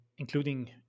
including